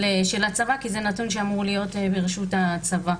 הצבא כי זה נתון שאמור להיות ברשות הצבא.